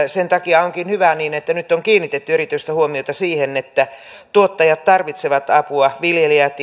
sen takia onkin hyvä että nyt on kiinnitetty erityistä huomiota siihen että tuottajat tarvitsevat apua viljelijät